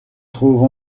trouve